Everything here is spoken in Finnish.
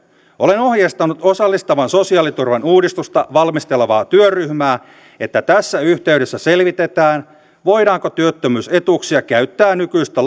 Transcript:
olen ohjeistanut osallistavan sosiaaliturvan uudistusta valmistelevaa työryhmää että tässä yhteydessä selvitetään voidaanko työttömyys etuuksia käyttää nykyistä